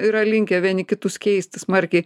yra linkę vieni kitus keisti smarkiai